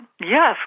Yes